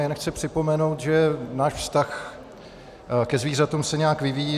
Jen chci připomenout, že náš vztah ke zvířatům se nějak vyvíjí.